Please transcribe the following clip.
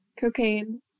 cocaine